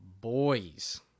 boys